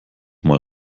mal